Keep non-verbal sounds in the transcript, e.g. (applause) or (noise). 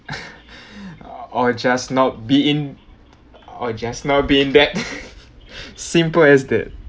(laughs) or just not be in or just not be in that (laughs) simple as that